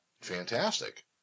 Fantastic